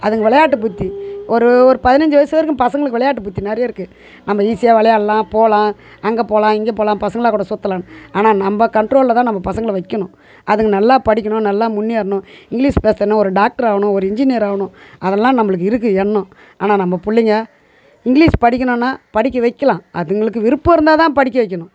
அதுங்க விளையாட்டு புத்தி ஒரு ஒரு பதினைஞ்சு வயசு வரைக்கும் பசங்களுக்கு விளையாட்டு புத்தி நிறையா இருக்கு நம்ப ஈஸியாக விளையாட்டுலாம் போகலாம் அங்கே போகலாம் இங்கே போகலாம் பசங்களாக் கூட சுற்றலாம் ஆனால் நம்ப கண்ட்ரோலில் தான் நம்ப பசங்களை வைக்கணும் அதுங்க நல்லா படிக்கணும் நல்லா முன்னேறணும் இங்கிலிஷ் பேசத்தெரிணும் ஒரு டாக்ட்ராக ஆகணும் ஒரு இன்ஜினியராக ஆகணும் அதெலாம் நம்பளுக்கு இருக்கு எண்ணம் ஆனால் நம்ப பிள்ளைங்க இங்கிலிஷ் படிக்கணும்னா படிக்க வைக்கலாம் அதுங்களுக்கு விருப்பம் இருந்தால் தான் படிக்க வைக்கணும்